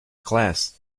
class